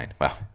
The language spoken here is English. Wow